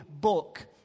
book